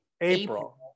April